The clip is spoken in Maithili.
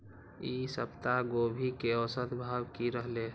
ई सप्ताह गोभी के औसत भाव की रहले?